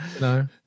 no